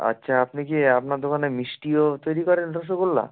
আচ্ছা আপনি কি আপনার দোকানে মিষ্টিও তৈরি করেন রসগোল্লা